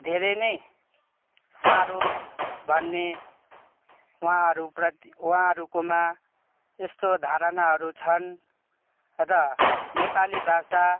धेरै नै साह्रो भन्ने उहाँहरूप्रति उहाँहरूकोमा यस्तो धारणाहरू छन् र नेपाली भाषा